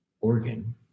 organ